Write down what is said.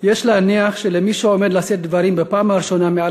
יש להניח שלמי שעומד לשאת דברים בפעם הראשונה מעל